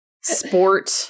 Sport